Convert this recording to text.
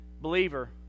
believer